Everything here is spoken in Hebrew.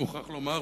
אני מוכרח לומר,